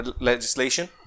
legislation